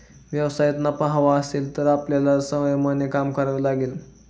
व्यवसायात नफा हवा असेल तर आपल्याला संयमाने काम करावे लागेल